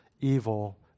evil